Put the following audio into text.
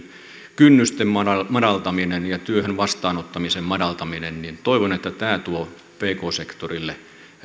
kynnysten madaltaminen ja työn vastaanottamisen madaltaminen toivon että tämä tuo pk sektorille